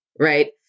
Right